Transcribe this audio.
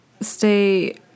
stay